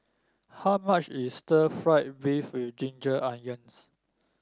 how much is Stir Fried Beef with Ginger Onions